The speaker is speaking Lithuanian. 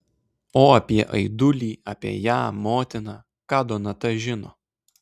o apie aidulį apie ją motiną ką donata žino